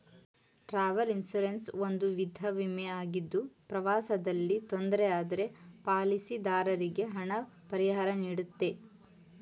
travel insurance ಒಂದು ವಿಧ ವಿಮೆ ಆಗಿದ್ದು ಪ್ರವಾಸದಲ್ಲಿ ತೊಂದ್ರೆ ಆದ್ರೆ ಪಾಲಿಸಿದಾರರಿಗೆ ಹಣ ಪರಿಹಾರನೀಡುತ್ತೆ